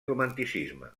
romanticisme